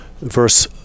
verse